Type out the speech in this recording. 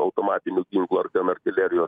automatinių ginklų ar ten artilerijos